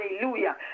Hallelujah